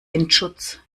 windschutz